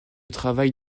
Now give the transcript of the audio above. travail